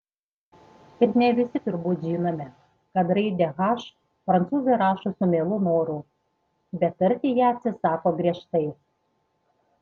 ir ne visi turbūt žinome kad raidę h prancūzai rašo su mielu noru bet tarti ją atsisako griežtai